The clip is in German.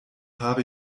habe